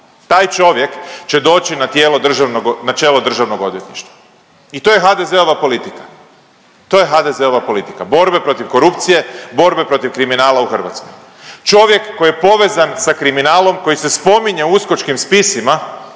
na tijelo državnog, na čelo državnog odvjetništva. I to je HDZ-ova politika. To je HDZ-ova politika borbe protiv korupcije, borbe protiv kriminala u Hrvatskoj. Čovjek koji je povezan sa kriminalom koji se spominje u uskočkim spisima